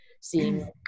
seeing